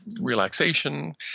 relaxation